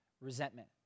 resentment